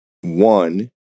One